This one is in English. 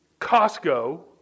Costco